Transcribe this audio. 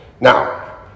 Now